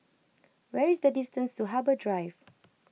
where is the distance to Harbour Drive